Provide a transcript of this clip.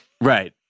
Right